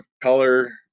color